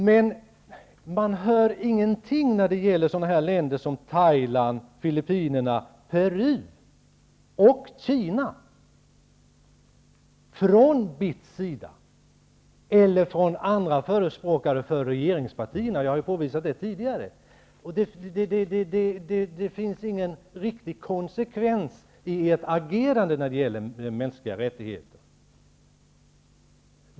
Men man hör ingenting från BITS eller från andra förespråkare för regeringspartierna om länder som Thailand, Filippinerna, Peru och Kina. Jag har tidigare påpekat detta. Det finns ingen riktig konsekvens i ert agerande när det gäller mänskliga rättigheter.